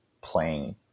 playing